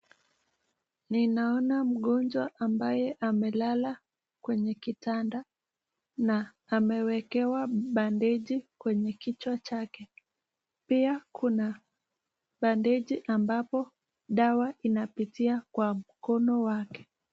Ninaona mgonjwa ambaye amelala kwenye kitanda, na amewekewa bandeji kwenye kichwa chake. Pia kuna bandeji ambapo dawa inapitia kwa mkono wake.